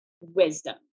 wisdom